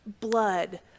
Blood